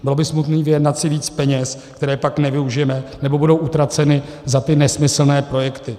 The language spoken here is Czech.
Bylo by smutné vyjednat si víc peněz, které pak nevyužijeme nebo budou utraceny za ty nesmyslné projekty.